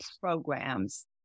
programs